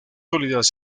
sólidas